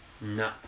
No